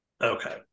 okay